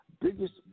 biggest